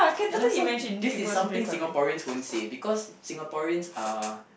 ya lah so this is something Singaporeans won't say because Singaporeans are